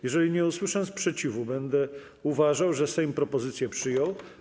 Jeżeli nie usłyszę sprzeciwu, będę uważał, że Sejm propozycję przyjął.